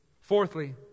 Fourthly